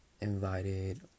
invited